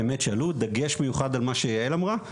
באמת שעלו, דגש מיוחד על מה שיעל אמרה,